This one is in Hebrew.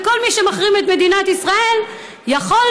וכל מי שמחרים את מדינת ישראל יכול,